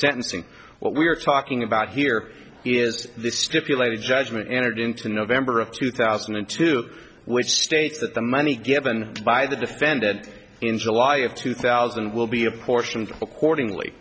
sentencing what we're talking about here is the stipulated judgment entered into november of two thousand and two which states that the money given by the defendant in july of two thousand will be apportioned accordingly